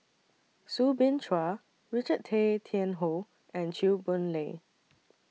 Soo Bin Chua Richard Tay Tian Hoe and Chew Boon Lay